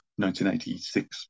1986